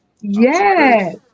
Yes